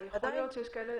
אבל יכול להיות שיש כאלה,